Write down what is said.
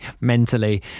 mentally